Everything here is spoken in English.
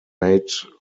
made